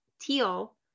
teal